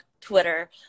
Twitter